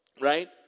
right